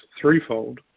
threefold